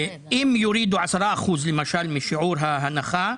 אם יורידו 10% משיעור ההנחה,